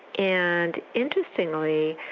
and interestingly,